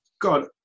God